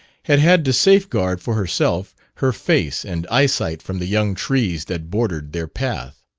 had had to safeguard for herself her face and eyesight from the young trees that bordered their path.